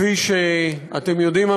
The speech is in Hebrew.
כפי שאתם יודעים,